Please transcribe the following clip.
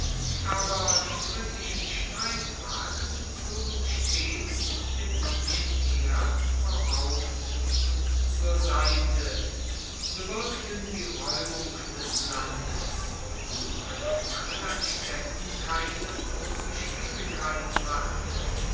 aber die britischen streitwagen zogen stets dem römischen heer vorauf und zur seite bewirkten die räumung des landes die bei dem mangel an städten keine große schwierigkeit machte